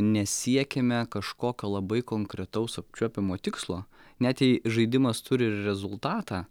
nesiekiame kažkokio labai konkretaus apčiuopiamo tikslo net jei žaidimas turi ir rezultatą